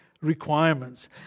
requirements